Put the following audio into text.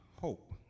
hope